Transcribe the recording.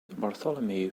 bartholomew